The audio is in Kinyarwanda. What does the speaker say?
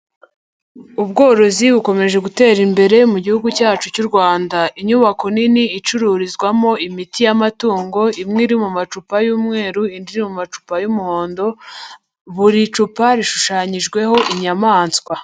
Ubworozi bukomeje gutera imbere mu gihugu cyacu cy'u Rwanda. Inyubako nini icururizwamo imiti y'amatungo imwe iri mu macupa y'umweru indi mu macupa y'umuhondo buri cupa rishushanyijweho inyamaswa.